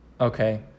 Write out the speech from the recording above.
Okay